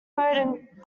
mode